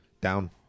Down